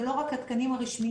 זה לא רק התקנים הרשמיים,